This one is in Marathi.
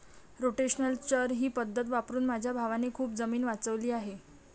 रोटेशनल चर ही पद्धत वापरून माझ्या भावाने खूप जमीन वाचवली आहे